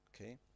Okay